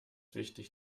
wichtig